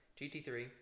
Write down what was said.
GT3